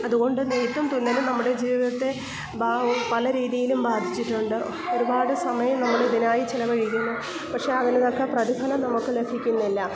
അതുകൊണ്ട് നെയ്ത്തും തുന്നലും നമ്മുടെ ജീവിതത്തെ പല രീതിയിലും ബാധിച്ചിട്ടുണ്ട് ഒരുപാട് സമയം നമ്മൾ ഇതിനായി ചിലവഴിക്കുന്നു പക്ഷെ അതിൽ നിന്നൊക്കെ പ്രതിഫലം നമ്മൾക്ക് ലഭിക്കുന്നില്ല